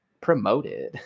promoted